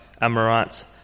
Amorites